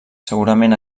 segurament